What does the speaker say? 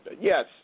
yes